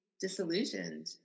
disillusioned